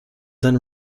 then